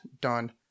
done